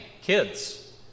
Kids